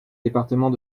départements